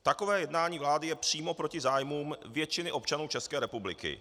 Takové jednání vlády je přímo proti zájmům většiny občanů České republiky.